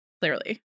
clearly